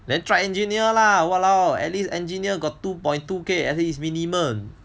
then try engineer lah !walao! at least engineer got two point two K as least minimum